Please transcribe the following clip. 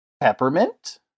peppermint